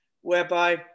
whereby